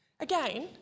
Again